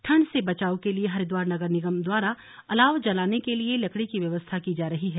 ठंड से बचाव के लिए हरिद्वार नगर निगम द्वारा अलाव जलाने के लिए लकड़ी की व्यवस्था की जा रही है